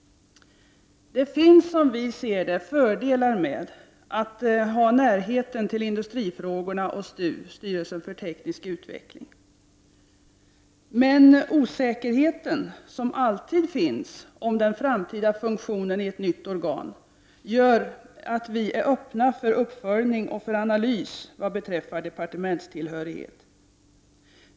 Det finns som vi ser det fördelar med närheten till industrifrågorna och STU, Styrelsen för teknisk utveckling. Men osäkerheten, som alltid finns, om den framtida funktionen i ett nytt organ gör att vi är öppna för uppföljning och analys vad beträffar departementstillhörighet.